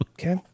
Okay